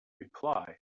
reply